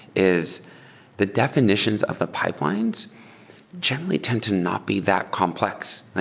is the defi nitions of the pipelines generally tend to not be that complex.